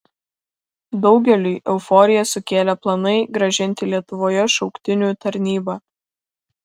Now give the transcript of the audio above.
daugeliui euforiją sukėlė planai grąžinti lietuvoje šauktinių tarnybą